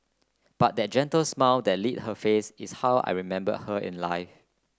but that gentle smile that lit her face is how I remember her in life